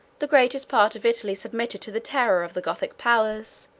the greatest part of italy submitted to the terror of the gothic powers